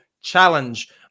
challenge